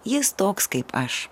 jis toks kaip aš